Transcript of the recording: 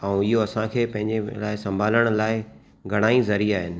ऐं इहो असांखे पंहिंजे लाइ संभालण लाइ घणाई ज़रिया आहिनि